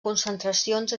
concentracions